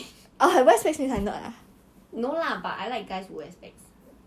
in a nice tone lah then elliot 不爽他 sia 做什么他这样就不爽